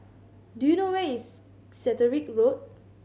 do you know where is Catterick Road